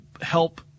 help